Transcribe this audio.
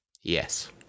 Yes